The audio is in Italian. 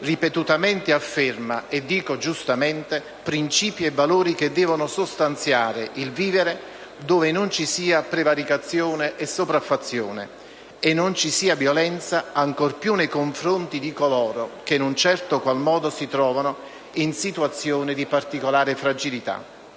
ripetutamente afferma - dico giustamente - princìpi e valori che devono sostanziare il vivere dove non ci sia prevaricazione e sopraffazione, e non ci sia violenza ancor più nei confronti di coloro che - in un certo qual modo - si trovano in situazioni di particolare fragilità.